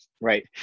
Right